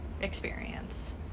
experience